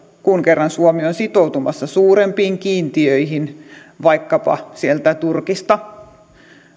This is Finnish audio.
kun kerran suomi on sitoutumassa suurempiin kiintiöihin vaikkapa sieltä turkista